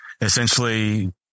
essentially